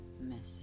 message